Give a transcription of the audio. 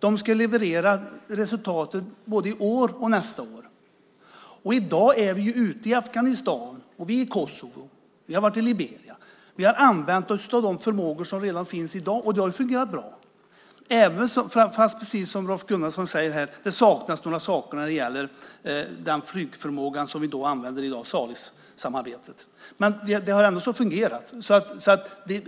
De ska leverera resultat både i år och nästa år. I dag är vi ute i Afghanistan och i Kosovo, och vi har varit i Liberia. Vi har använt oss av de förmågor som finns redan i dag. Det har fungerat bra även om det, precis som Rolf Gunnarsson säger, saknas några saker när det gäller den flygförmåga som vi använder i Salissamarbetet. Men det har fungerat, så det